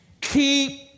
Keep